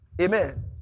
Amen